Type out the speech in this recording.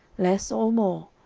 less or more,